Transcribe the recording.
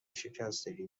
شکستگی